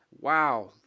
Wow